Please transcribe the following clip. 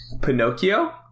Pinocchio